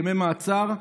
ימי מעצר,